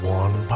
one